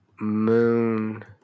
moon